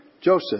Joseph